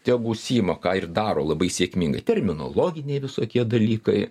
tegu užsiima ką ir daro labai sėkmingai terminologiniai visokie dalykai